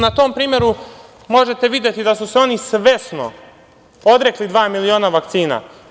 Na tom primeru možete videti da su se oni svesno odrekli dva miliona vakcina.